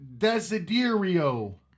Desiderio